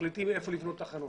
ומחליטים היכן לבנות תחנות.